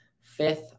Fifth